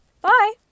Bye